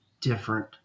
different